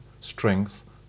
strength